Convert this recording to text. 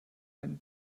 ein